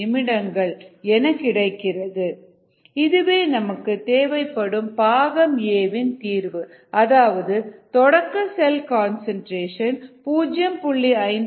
3 minutes இதுவே நமக்கு தேவைப்படும் பாகம் a இன் தீர்வு அதாவது தொடக்க செல் கன்சன்ட்ரேஷன் 0